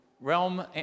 realm